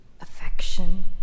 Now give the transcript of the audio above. affection